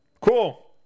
Cool